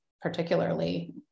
particularly